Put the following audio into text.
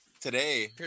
Today